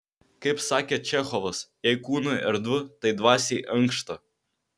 kaip sakė čechovas jei kūnui erdvu tai dvasiai ankšta